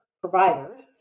providers